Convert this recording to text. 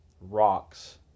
rocks